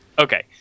Okay